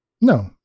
No